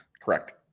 Correct